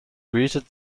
greeted